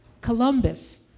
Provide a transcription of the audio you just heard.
Columbus